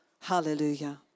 Hallelujah